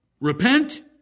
repent